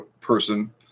person